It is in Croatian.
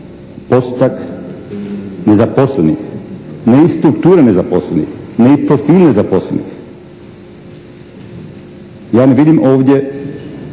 postotak nezaposlenih. Ne i struktura nezaposlenih. Ne i profil nezaposlenih. Ja ne vidim ovdje